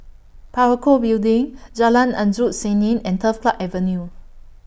Parakou Building Jalan Endut Senin and Turf Club Avenue